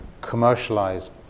commercialize